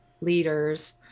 leaders